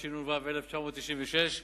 התשנ"ו 1996,